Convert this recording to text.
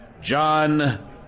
John